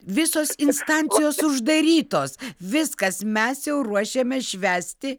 visos instancijos uždarytos viskas mes jau ruošiamės švęsti